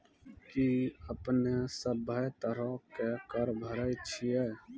कि अपने सभ्भे तरहो के कर भरे छिये?